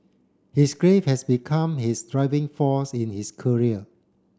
his grief has become his driving force in his career